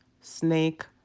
snake